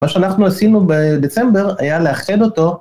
מה שאנחנו עשינו בדצמבר היה לאחד אותו.